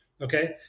Okay